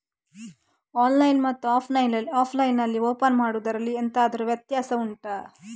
online ಮತ್ತು offline ನಲ್ಲಿ account open ಮಾಡುವುದರಲ್ಲಿ ಎಂತಾದರು ವ್ಯತ್ಯಾಸ ಉಂಟಾ